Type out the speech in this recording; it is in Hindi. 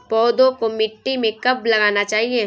पौधों को मिट्टी में कब लगाना चाहिए?